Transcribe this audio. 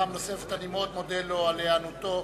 פעם נוספת, אני מאוד מודה לו על היענותו